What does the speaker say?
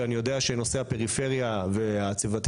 שאני יודע שנושא הפריפריה והצוותים